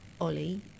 Ollie